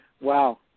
Wow